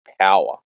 power